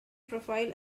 profile